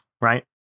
Right